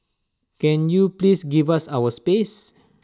can you please give us our space